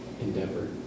endeavor